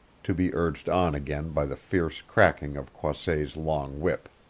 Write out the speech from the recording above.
to be urged on again by the fierce cracking of croisset's long whip.